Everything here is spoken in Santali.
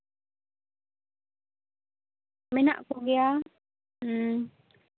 ᱢᱮᱱᱟᱜ ᱠᱚᱜᱮᱭᱟ ᱦᱩᱸ